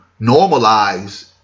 normalize